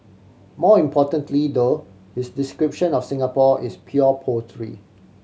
more importantly though his description of Singapore is pure poetry